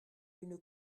une